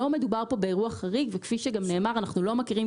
לא מדובר כאן באירוע חריג וכפי שגם נאמר אנחנו לא מכירים